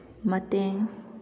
ꯃꯇꯦꯡ